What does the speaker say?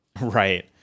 Right